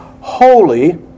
holy